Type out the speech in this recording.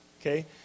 Okay